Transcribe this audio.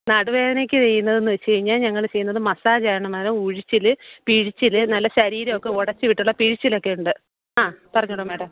നടുവേദനയ്ക്ക് ചെയ്യുന്നതെന്ന് വെച്ചുകഴിഞ്ഞാൽ ഞങ്ങള് ചെയ്യുന്നത് മസ്സാജാണ് മേടം ഉഴിച്ചില് പിഴിച്ചില് നല്ല ശരീരമൊക്കെ ഉടച്ച് വിട്ടുള്ള പിഴിച്ചിലൊക്കെ ഉണ്ട് ആ പറഞ്ഞോളൂ മേടം